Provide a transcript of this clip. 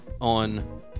on